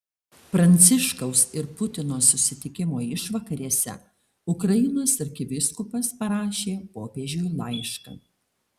pranciškaus ir putino susitikimo išvakarėse ukrainos arkivyskupas parašė popiežiui laišką